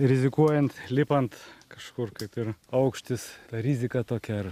rizikuojant lipant kažkur kad ir aukštis ta rizika tokia ar